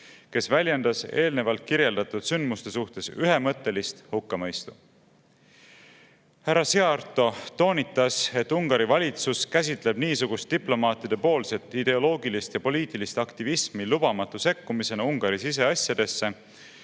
kes väljendas eelnevalt kirjeldatud sündmuste suhtes ühemõttelist hukkamõistu. Härra Szijjártó toonitas, et Ungari valitsus käsitleb niisugust diplomaatidepoolset ideoloogilist ja poliitilist aktivismi lubamatu sekkumisena Ungari siseasjadesse,